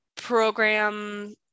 program